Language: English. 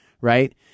right